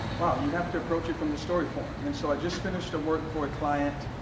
wow you have to approach it from the story form. and so i just finished a work for a client,